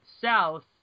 south